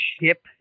ship